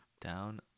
Down